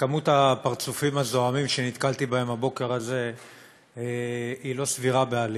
מספר הפרצופים הזועמים שנתקלתי בהם הבוקר הזה לא סביר בעליל.